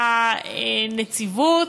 הנציבות,